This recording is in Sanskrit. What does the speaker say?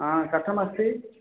कथम् अस्ति